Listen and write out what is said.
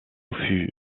fut